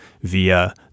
via